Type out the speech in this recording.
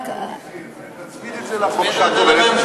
שרת הבריאות,